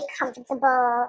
comfortable